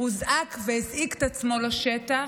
הוזעק והזעיק את עצמו לשטח,